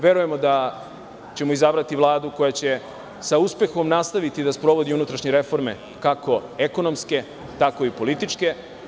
Verujemo da ćemo izabrati Vladu koja će sa uspehom nastaviti da sprovodi unutrašnje reforme, kako ekonomske, tako i političke.